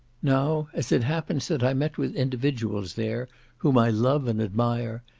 now, as it happens that i met with individuals there whom i love and admire,